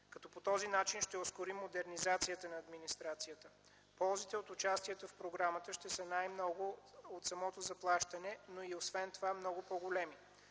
като по този начин ще ускори модернизацията на администрацията. Ползите от участието в програмата ще са най-много от самото заплащане, но и освен това много по-големи.